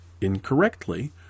incorrectly